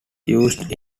used